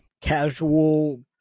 casual